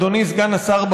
אדוני סגן השר,